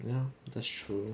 ya that's true